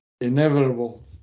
Inevitable